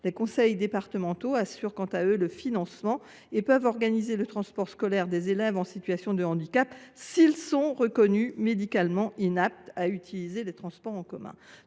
les conseils départementaux assurent quant à eux le financement et peuvent organiser le transport scolaire des élèves en situation de handicap, s’ils sont reconnus médicalement inaptes à utiliser les transports en commun.